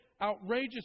Outrageous